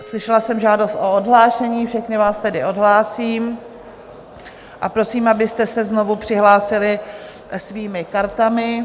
Slyšela jsem žádost o odhlášení, všechny vás tedy odhlásím a prosím, abyste se znovu přihlásili svými kartami.